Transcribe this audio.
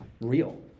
real